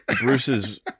Bruce's